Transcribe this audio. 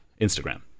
Instagram